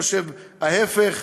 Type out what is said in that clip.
חושב ההפך,